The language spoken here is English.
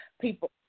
people